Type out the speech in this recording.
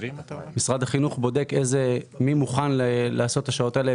משרד החינוך בודק מי מוכן לעשות את השעות האלה,